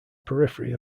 periphery